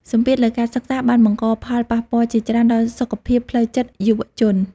សម្ពាធលើការសិក្សាបានបង្កផលប៉ះពាល់ជាច្រើនដល់សុខភាពផ្លូវចិត្តយុវជន។